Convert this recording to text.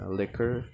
liquor